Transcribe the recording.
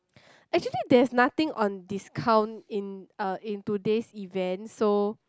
actually there's nothing on discount in uh in today's event so